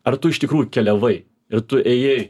ar tu iš tikrųjų keliavai ir tu ėjai